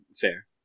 Fair